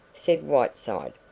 said whiteside.